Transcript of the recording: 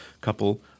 couple